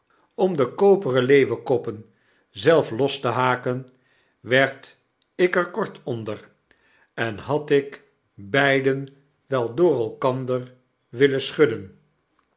om de koeren leeuwenkoppen zelf los te haken werd ik er kort onder en had ik beiden wel door elkander willen schudden